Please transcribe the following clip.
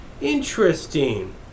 Interesting